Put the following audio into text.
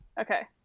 okay